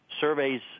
surveys